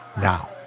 now